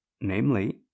namely